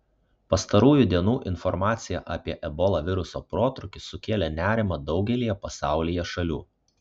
pastarųjų dienų informacija apie ebola viruso protrūkį sukėlė nerimą daugelyje pasaulyje šalių